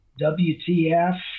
WTF